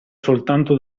soltanto